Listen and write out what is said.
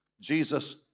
Jesus